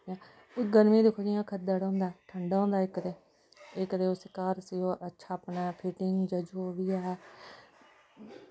गर्मियें च दिक्खो जियां खद्दड़ होंदा ठंडा होंदा इक ते इस ते उसी घर सियो अच्छा अपनै फिटिंग जां जो बी ऐ